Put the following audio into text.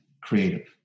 creative